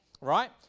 right